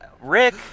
Rick